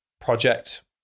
project